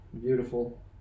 Beautiful